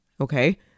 Okay